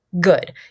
Good